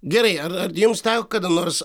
gerai ar jums teko kada nors